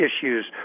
issues